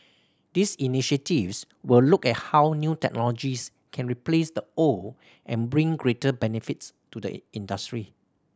these initiatives will look at how new technologies can replace the old and bring greater benefits to the industry